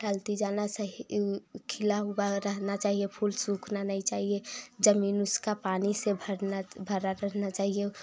डालती जाना सही खिला हुआ रहना चाहिए फूल सूखना नहीं चाहिए जमीन उसका पानी से भरना भरा रहना चाहिए